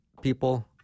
people